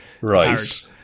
right